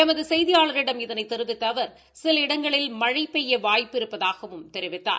எமது செய்தியாளரிடம் இதனைத் தெரிவித்த அவர் சில இடங்களில் மழை பெய்ய வாய்ப்பு இருப்பதாகவும் தெரிவித்தார்